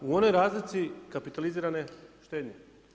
U onoj razlici kapitalizirane štednje.